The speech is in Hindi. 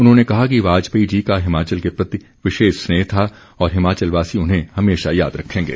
उन्होंने कहा कि वाजपेयी जी का हिमाचल के प्रति विशेष स्नेह था और हिमाचलवासी उन्हें हमेशा याद रखेंगे